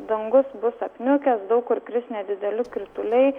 dangus bus apniukęs daug kur kris nedideli krituliai